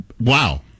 wow